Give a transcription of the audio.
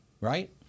right